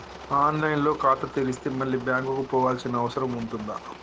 On line లో ఖాతా తెరిస్తే మళ్ళీ బ్యాంకుకు పోవాల్సిన అవసరం ఉంటుందా?